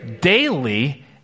daily